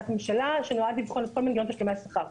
ממשלה שנועד לבחון את כל מנגנון תשלומי השכר.